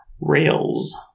rails